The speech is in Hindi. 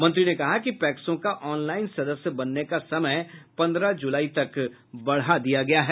मंत्री ने कहा कि पैक्सों का ऑन लाईन सदस्य बनने का समय पन्द्रह जुलाई तक बढ़ा दिया गया है